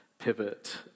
pivot